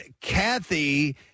Kathy